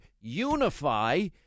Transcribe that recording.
unify